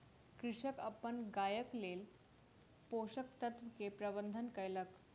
कृषक अपन गायक लेल पोषक तत्व के प्रबंध कयलक